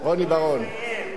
רוני בר-און.